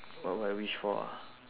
what would I wish for ah